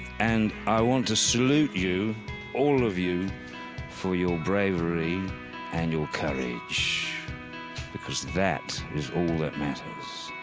and i want to salute you all of you for your bravery and your courage because that is all that matters.